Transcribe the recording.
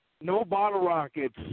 no-bottle-rockets